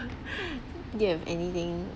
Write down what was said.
you have anything